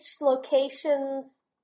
locations